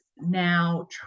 now